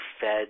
fed